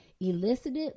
elicited